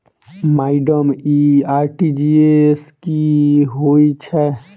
Madam इ RTGS की होइ छैय?